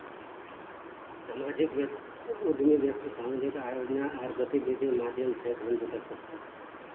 सामाजिक उद्यमी व्यक्ति सामुदायिक आयोजना आर गतिविधिर माध्यम स धन जुटा छेक